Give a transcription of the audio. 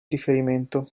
riferimento